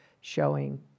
showing